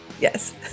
Yes